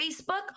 Facebook